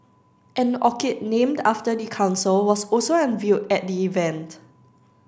an orchid named after the council was also unveiled at the event